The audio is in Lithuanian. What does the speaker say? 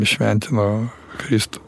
šventino kristų